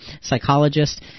psychologist